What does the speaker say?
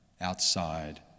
outside